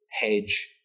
hedge